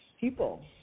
people